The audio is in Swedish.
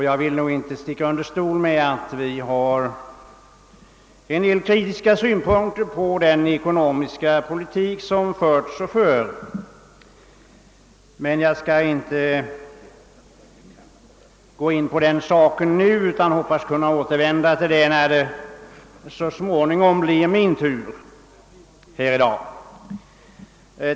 Jag vill inte sticka under stol med att vi har en del kritiska synpunkter på den ekonomiska politik som förts och förs. Jag skall emellertid inte gå in på den saken nu, utan hoppas kunna återvända till den när det så småningom blir min tur på talarlistan.